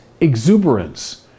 exuberance